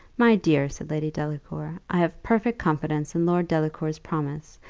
my dear, said lady delacour, i have perfect confidence in lord delacour's promise,